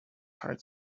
heart